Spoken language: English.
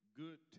good